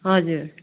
हजुर